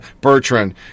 Bertrand